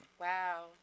Wow